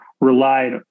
relied